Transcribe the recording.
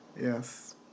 Yes